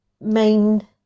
main